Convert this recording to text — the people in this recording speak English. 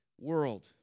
world